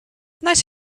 nice